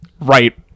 right